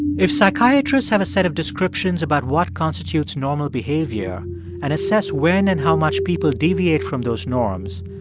if psychiatrists have a set of descriptions about what constitutes normal behavior and assess when and how much people deviate from those norms,